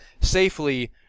safely